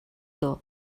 дөө